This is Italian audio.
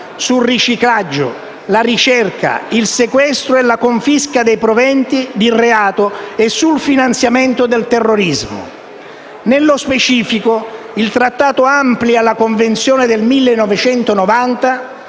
sul riciclaggio, la ricerca, il sequestro e la confisca dei proventi di reato e sul finanziamento del terrorismo. Nello specifico, il Trattato amplia la Convenzione del 1990,